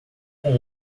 com